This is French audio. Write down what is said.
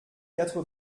quatre